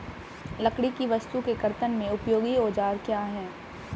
लकड़ी की वस्तु के कर्तन में उपयोगी औजार क्या हैं?